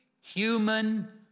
human